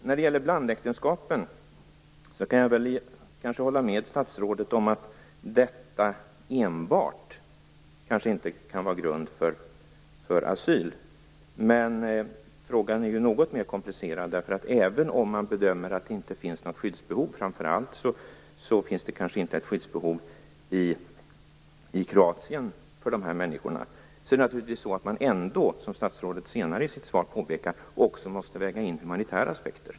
När det gäller blandäktenskapen kan jag kanske hålla med statsrådet om att detta enbart kanske inte kan vara grund för asyl, men frågan är något mer komplicerad. Även om man bedömer att det inte finns något skyddsbehov - framför allt kanske det inte finns något skyddsbehov i Kroatien för dessa människor - måste man också, som statsrådet senare i sitt svar påpekar, väga in humanitära aspekter.